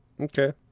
Okay